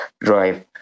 drive